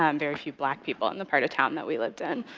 um very few black people in the part of town that we lived in.